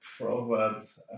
proverbs